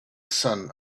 sun